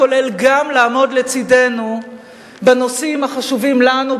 כולל גם לעמוד לצדנו בנושאים החשובים לנו,